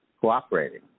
cooperating